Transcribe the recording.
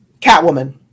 Catwoman